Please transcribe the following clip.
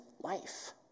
life